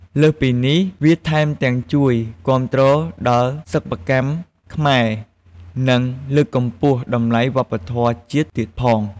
លើសពីនេះ វាថែមទាំងជួយគាំទ្រដល់សិប្បកម្មខ្មែរ និងលើកកម្ពស់តម្លៃវប្បធម៌ជាតិទៀតផង។